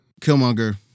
Killmonger